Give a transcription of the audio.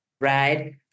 right